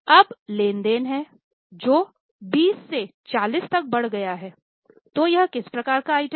अब लेनदार है जो 20 से 40 तक बढ़ गए हैं तो यह किस प्रकार का आइटम है